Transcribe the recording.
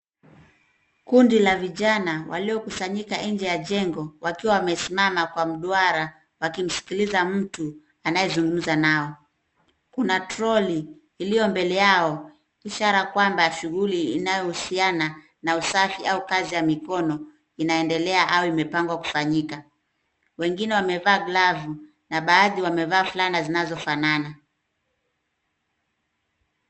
Kundi la vijana walio kusanyika nje ya jengo wakiwa wamesimama kwa mduara wakimsikiliza mtu anaye zungumza nao. Kuna troli iliyo mbele yao ishara kwamba shughuli inayo husiana na usafi au kazi ya mikono ina endelea au imepangwa kufanyika, wengine wamevaa glavu na baadhi wamevaa fulana zinazofanana.